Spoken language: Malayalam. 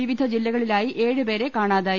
വിവിധ ജില്ലകളിലായി ഏഴ് പേരെ കാണാ തായി